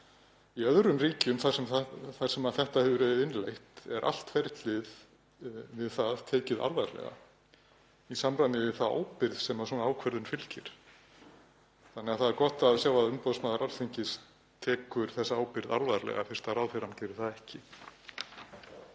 Í öðrum ríkjum þar sem þetta hefur verið innleitt er allt ferlið við það tekið alvarlega í samræmi við þá ábyrgð sem svona ákvörðun fylgir. Þannig að það er gott að sjá að umboðsmaður Alþingis tekur þessa ábyrgð alvarlega fyrst ráðherrann gerir það ekki.